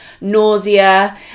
nausea